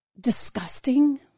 disgusting